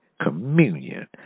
communion